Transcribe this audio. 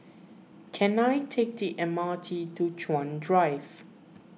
can I take the M R T to Chuan Drive